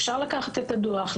אפשר לקחת את הדוח,